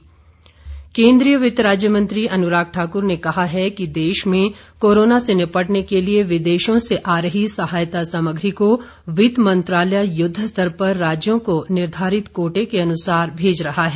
अनुराग ठाकुर केन्द्रीय वित्त राज्य मंत्री अनुराग ठाकुर ने कहा है कि देश में कोरोना से निपटने के लिए विदेशों से आ रही सहायता सामग्री को वित्त मंत्रालय युद्ध स्तर पर राज्यों को निर्धारित कोटे के अनुसार भेज रहा है